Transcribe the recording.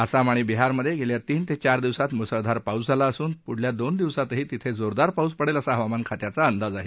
आसाम आणि बिहारमधे गेल्या तीन ते चार दिवसात मुसळधार पाऊस झाला असून पुढच्या दोन दिवसातही तिथे जोरदार पाऊस पडेल असा हवामान खात्याचा अंदाज आहे